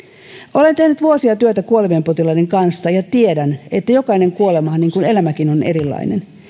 olen tehnyt vuosia työtä kuolevien potilaiden kanssa ja tiedän että jokainen kuolema niin kuin elämäkin on erilainen